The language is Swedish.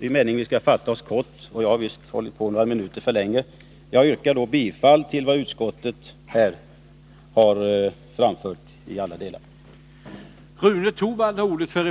är meningen att vi skall fatta oss kort och jag har visst hållit på några minuter för länge. Jag yrkar bifall till vad utskottet föreslagit i alla delar.